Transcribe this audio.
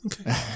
okay